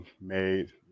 made